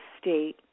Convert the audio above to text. state